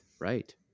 right